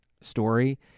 story